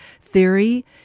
theory